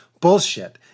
bullshit